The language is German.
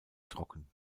trocken